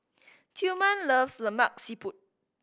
Tillman loves Lemak Siput